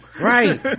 Right